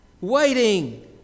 waiting